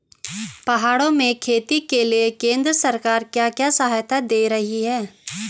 पहाड़ों में खेती के लिए केंद्र सरकार क्या क्या सहायता दें रही है?